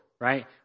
right